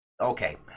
Okay